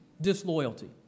disloyalty